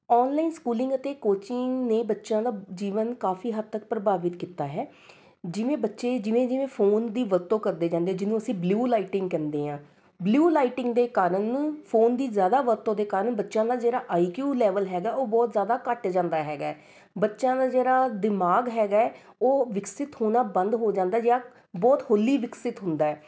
online schooling ਅਤੇ coaching ਨੇ ਬੱਚਿਆਂ ਦਾ ਜੀਵਨ ਕਾਫੀ ਹੱਦ ਤੱਕ ਪ੍ਰਭਾਵਿਤ ਕੀਤਾ ਹੈ ਜਿਵੇਂ ਬੱਚੇ ਜਿਵੇਂ ਜਿਵੇਂ ਫੋਨ ਦੀ ਵਰਤੋਂ ਕਰਦੇ ਜਾਂਦੇ ਆ ਜਿਹਨੂੰ ਅਸੀ ਬਲਿਊ ਲਾਈਟਿੰਗ ਕਹਿੰਦੇ ਆ ਬਲਿਊ ਲਾਈਟਿੰਗ ਦੇ ਕਾਰਨ ਫੋਨ ਦੀ ਜ਼ਿਆਦਾ ਵਰਤੋਂ ਦੇ ਕਾਰਨ ਬੱਚਿਆਂ ਦਾ ਜਿਹੜਾ ਆਈ ਕਿਊ ਲੈਵਲ ਹੈਗਾ ਉਹ ਬਹੁਤ ਜ਼ਿਆਦਾ ਘੱਟ ਜਾਂਦਾ ਹੈਗਾ ਬੱਚਿਆਂ ਦਾ ਜਿਹੜਾ ਦਿਮਾਗ਼ ਹੈਗਾ ਉਹ ਵਿਕਸਿਤ ਹੋਣਾ ਬੰਦ ਹੋ ਜਾਂਦਾ ਜਾਂ ਬਹੁਤ ਹੋਲੀ ਵਿਕਸਿਤ ਹੁੰਦਾ ਹੈ